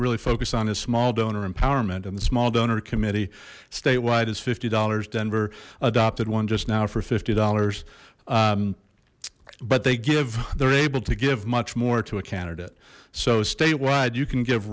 really focus on is small donor empowerment and the small donor committee statewide is fifty dollars denver adopted one just now for fifty dollars but they give they're able to give much more to a candidate so state you can give